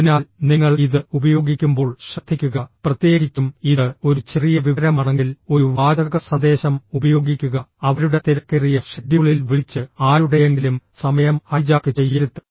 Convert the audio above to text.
അതിനാൽ നിങ്ങൾ ഇത് ഉപയോഗിക്കുമ്പോൾ ശ്രദ്ധിക്കുക പ്രത്യേകിച്ചും ഇത് ഒരു ചെറിയ വിവരമാണെങ്കിൽ ഒരു വാചക സന്ദേശം ഉപയോഗിക്കുക അവരുടെ തിരക്കേറിയ ഷെഡ്യൂളിൽ വിളിച്ച് ആരുടെയെങ്കിലും സമയം ഹൈജാക്ക് ചെയ്യരുത്